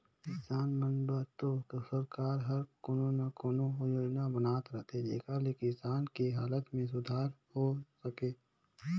किसान मन बर तो सरकार हर कोनो न कोनो योजना बनात रहथे जेखर ले किसान के हालत में सुधार हो सके